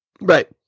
Right